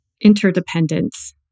interdependence